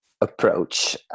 approach